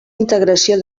integració